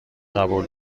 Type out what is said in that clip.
قبول